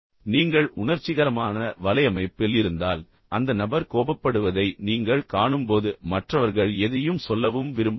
குறிப்பாக நீங்கள் உணர்ச்சிகரமான வலையமைப்பில் இருந்தால் அந்த நபர் கோபப்படுவதை நீங்கள் காணும்போது மற்றவர்கள் அனைவரும் தள்ளி வைக்கப்படுகிறார்கள் அவர்கள் எதையும் சொல்லவும் விரும்பவில்லை